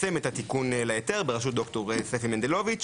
בראשות ד"ר ספי מנדלוביץ',